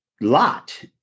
lot